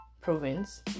province